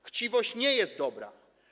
Chciwość nie jest dobra.